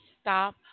stop